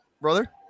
brother